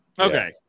Okay